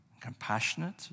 compassionate